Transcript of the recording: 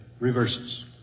Reverses